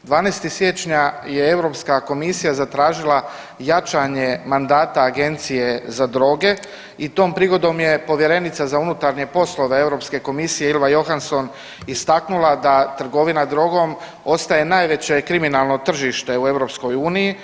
12. siječnja je Europska komisija zatražila jačanje mandata Agencije za droge i tom prigodom je povjerenica za unutarnje poslove Europske komisije Ylva Johansson istaknula da trgovina drogom ostaje najveće kriminalno tržište u EU.